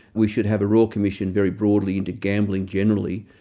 we should have a royal commission very broadly into gambling generally,